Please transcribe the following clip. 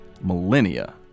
millennia